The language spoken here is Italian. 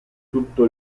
tutto